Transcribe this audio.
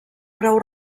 prou